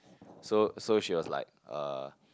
so so she was like uh